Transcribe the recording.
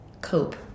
cope